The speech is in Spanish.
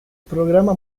programa